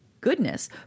goodness